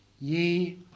ye